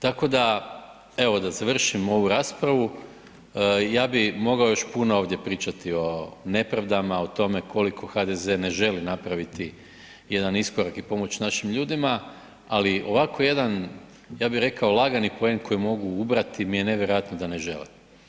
Tako da, evo da završim ovu raspravu, ja bi mogao još puno ovdje pričati o nepravdama, o tome koliko HDZ ne želi napraviti jedan iskorak i pomoći našim ljudima, ali ovako jedan ja bi rekao lagani poen koji mogu ubrati mi je nevjerojatno da ne žele.